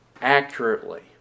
accurately